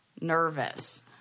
nervous